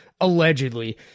allegedly